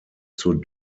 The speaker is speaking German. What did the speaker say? zur